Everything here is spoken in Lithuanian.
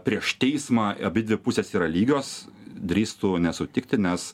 prieš teismą abidvi pusės yra lygios drįstų nesutikti nes